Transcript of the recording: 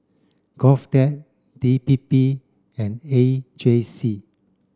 GOVTECH D P P and A J C